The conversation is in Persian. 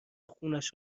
خونش